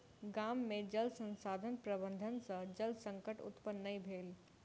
गाम में जल संसाधन प्रबंधन सॅ जल संकट उत्पन्न नै भेल